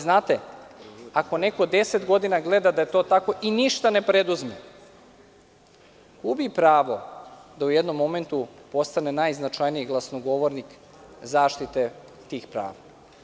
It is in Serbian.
Znate, ako neko deset godina gleda da je to tako i ništa ne preduzme, gubi pravo da u jednom momentu postane najznačajniji glasnogovornik zaštite tih prava.